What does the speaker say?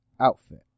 outfit